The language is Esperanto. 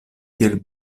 tiel